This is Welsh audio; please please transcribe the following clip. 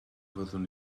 fyddwn